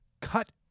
cut